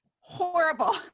horrible